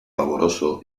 pavoroso